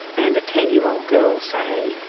and a ten year old girl, say,